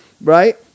right